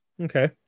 Okay